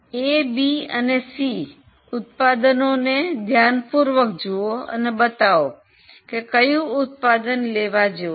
A B C A B C ઉત્પાદનોનો ધ્યાન પૂર્વક જુવો અને બતાવો કે કયો ઉત્પાદન લેવા જેવું છે